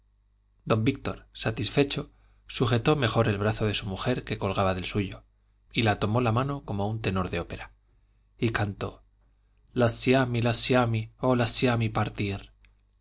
don víctor satisfecho sujetó mejor el brazo de su mujer que colgaba del suyo y la tomó la mano como un tenor de ópera y cantó lasciami lasciami oh lasciami partir